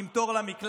עם תור למקלחת,